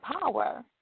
power